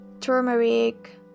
Turmeric